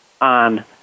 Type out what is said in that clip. on